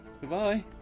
Goodbye